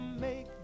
make